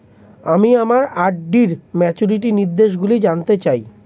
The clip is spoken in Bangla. আমি আমার আর.ডি র ম্যাচুরিটি নির্দেশগুলি জানতে চাই